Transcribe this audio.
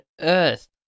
earth